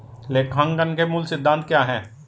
लेखांकन के मूल सिद्धांत क्या हैं?